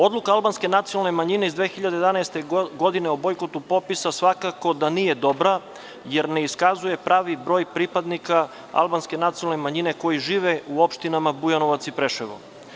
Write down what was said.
Odluka albanske nacionalne manjine 2011. godine o bojkotu popisa nije dobra, jer ne iskazuje pravi broj pripadnika albanske nacionalne manjine koji žive u opštinama Bujanovac i Preševo.